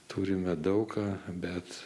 turime daug ką bet